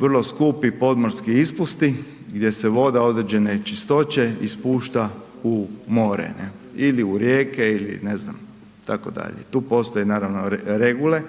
vrlo skupo podmorski ispusti gdje se voda određene čistoće ispušta u more ili u rijeke ili ne znam tako dalje, tu postoje naravno regule,